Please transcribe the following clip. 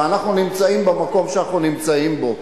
ואנחנו נמצאים במקום שאנחנו נמצאים בו.